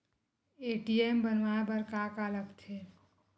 ATM बनवाय बर का का लगथे?